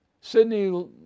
Sydney